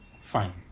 Fine